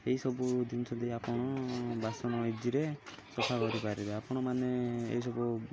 ଏହି ସବୁ ଜିନିଷ ଦେଇ ଆପଣ ବାସନ ଇଜିରେ ସଫା କରିପାରିବେ ଆପଣମାନେ ଏହି ସବୁ